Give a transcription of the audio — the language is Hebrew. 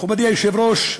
מכובדי היושב-ראש,